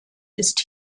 ist